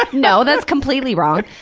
no, that's completely wrong.